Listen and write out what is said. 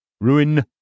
ruin